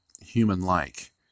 human-like